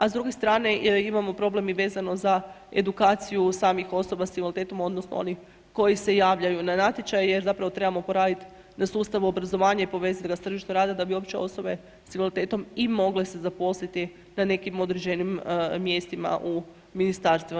A s druge strane imamo problem vezano i za edukaciju samih osoba s invaliditetom, odnosno, onih koji se javljaju na natječaj, jer zapravo trebamo poraditi da sustav obrazovanje i povezati ga s tržištem rada, da bi uopće osobe s invaliditetom i mogle se zaposliti na nekim određenim mjestima u ministarstvima.